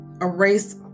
erase